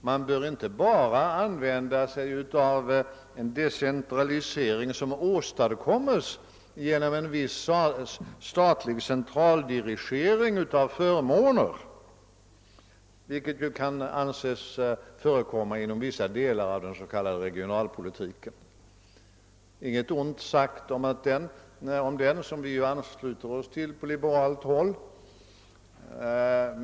Man bör inte bara använda sig av decentralisering som åstadkommes genom en viss statlig centraldirigering av förmåner, vilket kan anses förekomma inom vissa delar av den s.k. regionalpolitiken. Därmed är inget ont sagt om denna regionalpolitik som vi ju ansluter oss till på liberalt håll.